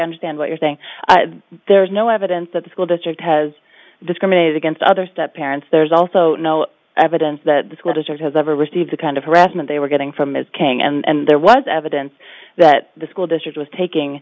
understand what you're saying there is no evidence that the school district has discriminated against other step parents there's also no evidence that the school district has ever received the kind of harassment they were getting from ms king and there was evidence that the school district was taking